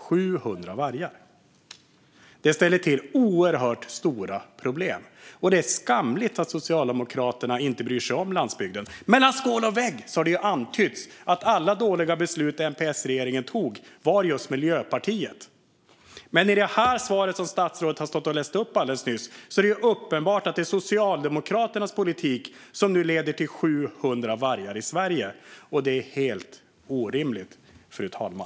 700 vargar ställer till oerhört stora problem. Det är skamligt att Socialdemokraterna inte bryr sig om landsbygden. Mellan skål och vägg har det antytts att alla dåliga beslut som MP-S-regeringen fattade var Miljöpartiets. Men i svaret som statsrådet gav alldeles nyss är det uppenbart att det är Socialdemokraternas politik som nu leder till 700 vargar i Sverige. Det är helt orimligt, fru talman.